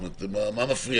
מה מפריע